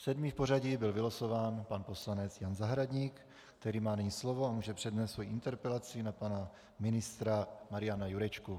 Sedmý v pořadí byl vylosován pan poslanec Jan Zahradník, který má nyní slovo a může přednést svoji interpelaci na pana ministra Mariana Jurečku.